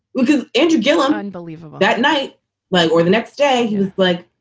because into gillham, unbelievable that night like or the next day, he was like,